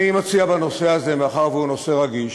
אני מציע בנושא הזה, מאחר שהוא נושא רגיש,